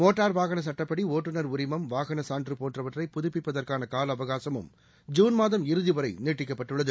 motor வாகன சுட்டப்படி ஒட்டுநர் உரிமம் வாகன சான்று போன்றவற்றை புதுப்பிப்பதற்கான காலஅவகாசமும் ஜுன் மாதம் இறுதி வரை நீட்டிக்கப்பட்டுள்ளது